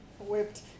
whipped